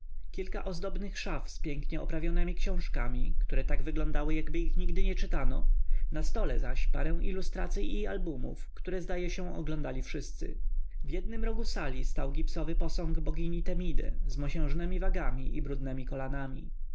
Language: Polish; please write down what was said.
kilka ozdobnych szaf z pięknie oprawnemi książkami które tak wyglądały jakby ich nigdy nie czytano na stole zaś parę ilustracyi i albumów które zdaje się oglądali wszyscy w jednym rogu sali stał gipsowy posąg bogini temidy z mosiężnemi wagami i brudnemi kolanami